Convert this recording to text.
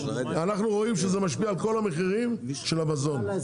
אנחנו רואים שזה משפיע על כל המחירים של המזון.